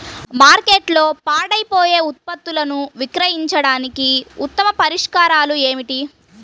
మార్కెట్లో పాడైపోయే ఉత్పత్తులను విక్రయించడానికి ఉత్తమ పరిష్కారాలు ఏమిటి?